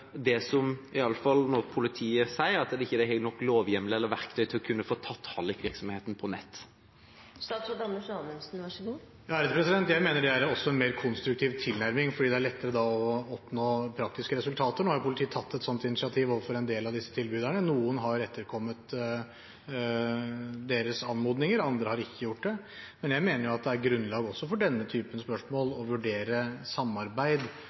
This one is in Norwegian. det gjelder å kunne stoppe det, i alle fall når politiet sier at de ikke har nok lovhjemler og verktøy til å kunne få tatt hallikvirksomheten på nett? Jeg mener det er en mer konstruktiv tilnærming, fordi det da er lettere å oppnå praktiske resultater. Politiet har tatt et sånt initiativ overfor en del av disse tilbyderne. Noen har etterkommet deres anmodninger – andre har ikke gjort det. Men jeg mener det er grunnlag for også i denne typen